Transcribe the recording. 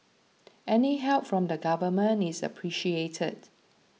any help from the Government is appreciated